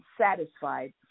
satisfied